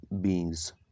beings